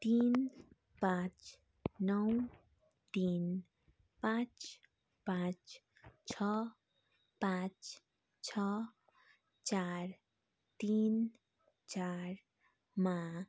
तिन पाँच नौ तिन पाँच पाँच छ पाँच छ चार तिन चारमा